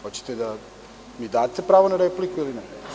Hoćete da mi date pravo na repliku ili ne?